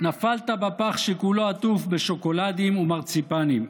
נפלת בפח שכולו עטוף בשוקולדים ומרציפנים.